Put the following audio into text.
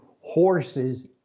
horses